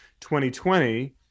2020